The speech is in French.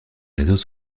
réseaux